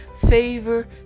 Favor